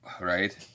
Right